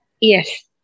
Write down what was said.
yes